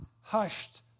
hushed